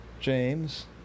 James